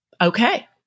Okay